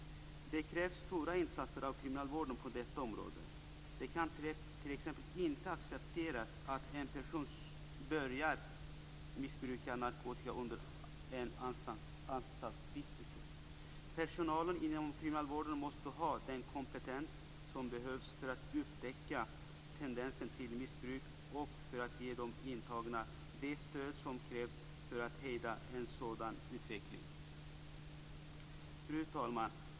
Det krävs stora insatser av kriminalvården på detta område. Det kan t.ex. inte accepteras att en person börjar missbruka narkotika under en anstaltsvistelse. Personalen inom kriminalvården måste ha den kompetens som behövs för att upptäcka tendenser till missbruk och för att ge de intagna det stöd som krävs för att hejda en sådan utveckling. Fru talman!